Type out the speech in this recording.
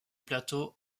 plateau